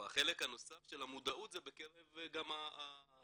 והחלק הנוסף של המודעות זה גם בקרב הצוותים